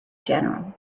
general